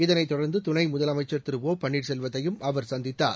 இதனைத் தொடர்ந்து துணை முதலமைச்சர் திரு ஒ பன்னீர்செல்வத்தையும் அவர் சந்தித்தார்